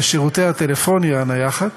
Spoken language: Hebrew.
ושירותי הטלפוניה הנייחת,